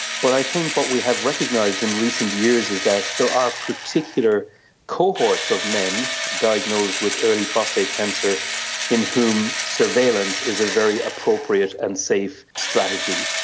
but i think what we have recognised in recent years is that there are particular cohorts of men diagnosed with early prostate cancer in whom surveillance is a very appropriate and safe strategy.